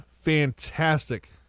fantastic